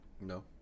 No